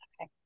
Okay